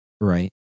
Right